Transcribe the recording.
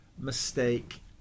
mistake